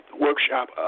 workshop